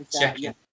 checking